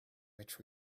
which